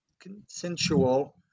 consensual